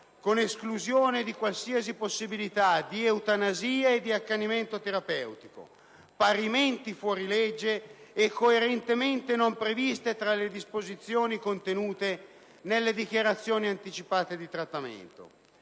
con esclusione di qualsiasi possibilità di eutanasia e di accanimento terapeutico, parimenti fuori legge e coerentemente non previste tra le disposizioni contenute nelle dichiarazioni anticipate di trattamento.